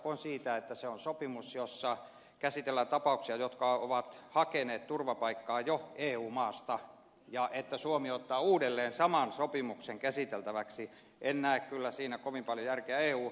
sanottakoon siitä että se on sopimus jossa käsitellään tapauksia jotka ovat jo hakeneet turvapaikkaa eu maasta ja siinä että suomi ottaa uudelleen saman tapauksen käsiteltäväksi en näe kovin paljon järkeä